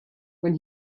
when